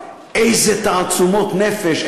איזה תעצומות נפש,